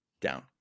down